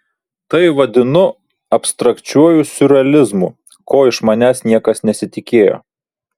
tai vadinu abstrakčiuoju siurrealizmu ko iš manęs niekas nesitikėjo